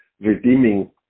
redeeming